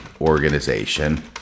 organization